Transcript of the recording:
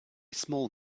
small